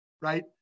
right